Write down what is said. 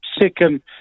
second